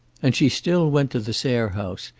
and she still went to the sayre house,